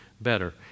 better